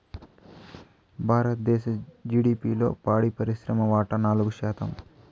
భారతదేశ జిడిపిలో పాడి పరిశ్రమ వాటా నాలుగు శాతం